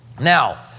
Now